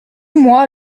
moi